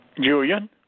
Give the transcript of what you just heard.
Julian